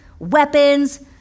weapons